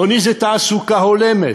עוני זה תעסוקה הולמת,